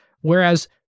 Whereas